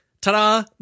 Ta-da